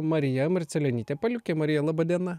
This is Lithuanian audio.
marija marcelionytė paliukė marija laba diena